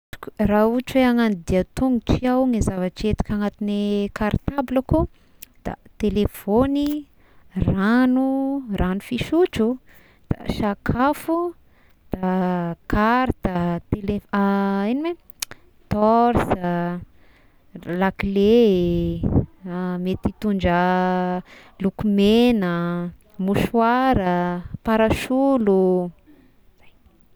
Raha ohatry hoe agnano dia an-tongotry iaho ny zavatry egntiko agnaty kartablako da telefogny, ragno ragno fisotro da sakafo, da karta tele ino ma eh torsa, lakle mety hitondra lokomegna, mouchoir, parasolo, zay.